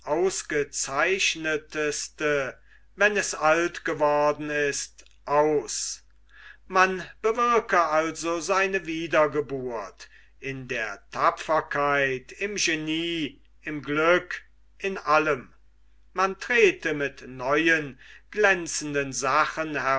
ausgezeichneteste wenn es alt geworden ist aus man bewirke also seine wiedergeburt in der tapferkeit im genie im glück in allem man trete mit neuen glänzenden sachen